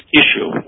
issue